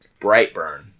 *Brightburn*